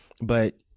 But-